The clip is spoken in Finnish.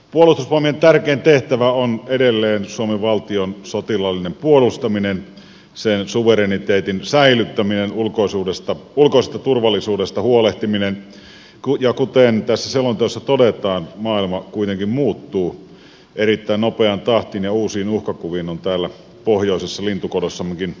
puolustusvoimien tärkein tehtävä on edelleen suomen valtion sotilaallinen puolustaminen sen suvereniteetin säilyttäminen ulkoisesta turvallisuudesta huolehtiminen ja kuten tässä selonteossa todetaan maailma kuitenkin muuttuu erittäin nopeaan tahtiin ja uusiin uhkakuviin on täällä pohjoisessa lintukodossammekin varauduttava